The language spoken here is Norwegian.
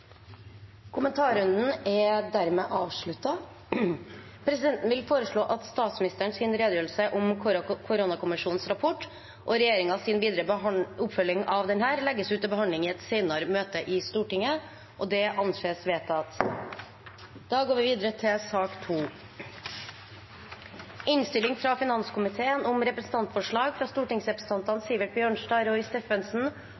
Kommentarrunden er dermed avsluttet. Presidenten vil foreslå at statsministerens redegjørelse om Koronakommisjonenes rapport og regjeringens videre oppfølging av denne legges ut til behandling i et senere møte i Stortinget. – Det anses vedtatt. Etter ønske fra finanskomiteen